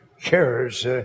cares